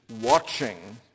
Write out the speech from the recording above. watching